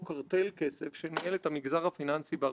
אם חוקי ה- Anti-trust האמריקאים התחילו ב-1890,